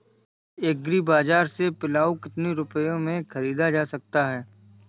Agree बाजार से पिलाऊ कितनी रुपये में ख़रीदा जा सकता है?